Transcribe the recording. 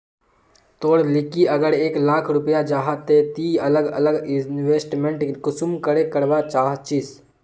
तोर लिकी अगर एक लाख रुपया जाहा ते ती अलग अलग इन्वेस्टमेंट कुंसम करे करवा चाहचिस?